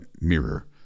mirror